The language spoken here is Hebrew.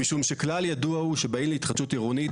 משום שכלל ידוע הוא שבאים להתחדשות עירונית,